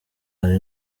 hari